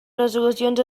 resolucions